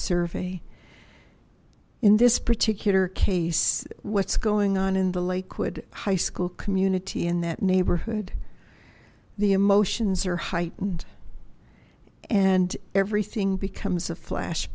survey in this particular case what's going on in the lakewood high school community in that neighborhood the emotions are heightened and everything becomes a flash